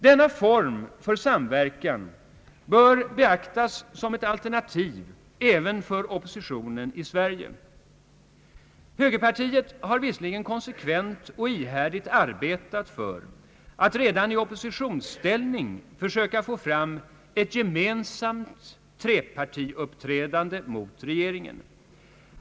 Denna form för samverkan bör beaktas som ett alternativ även för oppositionen i Sverige. Högerpartiet har visserligen konsekvent och ihärdigt arbetat för att redan i oppositionsställning söka få till stånd ett gemensamt trepartiuppträdande mot regeringen.